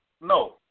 no